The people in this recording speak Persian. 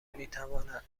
میتوانند